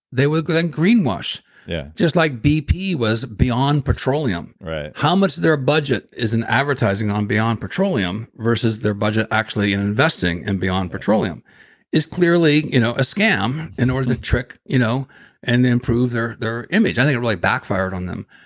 they will then greenwash yeah just like bp was beyond petroleum, how much of their budget is an advertising on beyond petroleum versus their budget actually in investing in and beyond petroleum is clearly you know a scam in order to trick you know and improve their their image. i think it really backfired on them.